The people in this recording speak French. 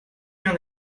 bien